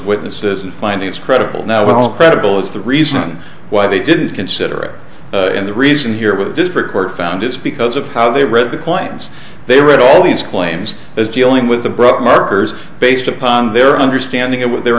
witnesses and finding it's credible now well credible is the reason why they didn't consider it and the reason here with the district court found is because of how they read the coins they read all these claims as dealing with the brought markers based upon their understanding of what their